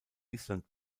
islands